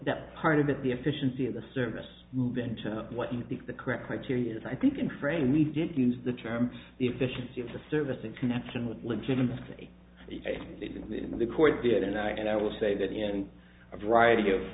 that part of that the efficiency of the service move in to what you think the correct criterion is i think in training we didn't use the term efficiency of the service in connection with legitimacy in the court did i and i will say that in a variety of